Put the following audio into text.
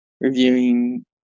reviewing